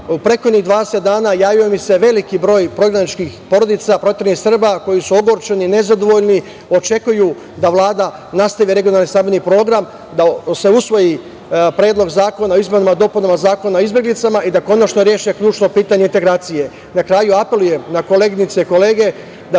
prethodnih 20 dana javio mi se veliki broj prognaničkih porodica proteranih Srba koji su ogorčeni i nezadovoljni, očekuju da Vlada nastavi regionalni sabirni program, da se usvoji Predlog zakona o izmenama i dopunama Zakona o izbeglicama i da konačno reše ključno pitanje integracije. Na kraju, apelujem na koleginice i kolege da